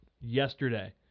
yesterday